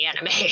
anime